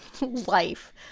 life